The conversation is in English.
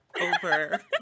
over